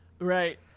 Right